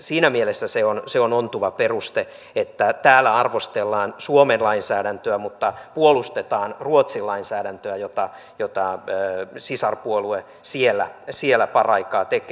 siinä mielessä se on ontuva peruste että täällä arvostellaan suomen lainsäädäntöä mutta puolustetaan ruotsin lainsäädäntöä jota sisarpuolue siellä paraikaa tekee